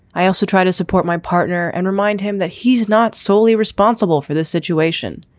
i also try to support my partner and remind him that he's not solely responsible for this situation,